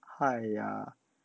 !haiya!